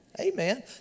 amen